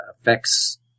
affects